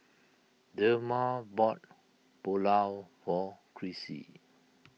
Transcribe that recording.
Delmer bought Pulao for Crissie